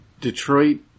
detroit